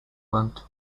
want